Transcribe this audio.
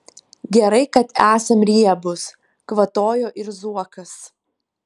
gerai kad esam riebūs kvatojo ir zuokas